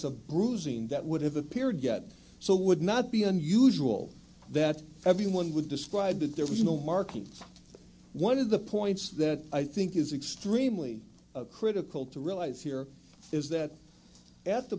of bruising that would have appeared yet so would not be unusual that everyone would describe that there was no marking one of the points that i think is extremely critical to realize here is that at the